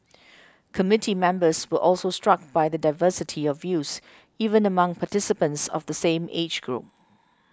committee members were also struck by the diversity of views even among participants of the same age group